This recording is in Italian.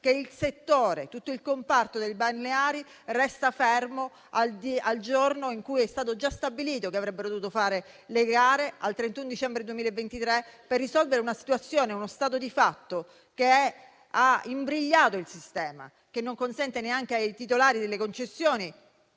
che tutto il comparto dei balneari resterà fermo al giorno in cui è stato già stabilito che si sarebbero dovute fare le gare, al 31 dicembre 2023, per risolvere una situazione, uno stato di fatto che ha imbrigliato il sistema; non si consente neanche ai titolari delle concessioni